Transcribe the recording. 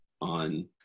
on